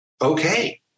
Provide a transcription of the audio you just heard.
okay